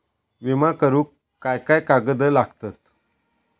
विमा करुक काय काय कागद लागतत?